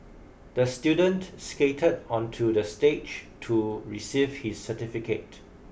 the student skated onto the stage to receive his certificate